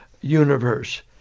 universe